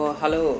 hello